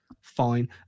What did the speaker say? fine